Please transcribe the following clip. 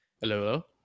Hello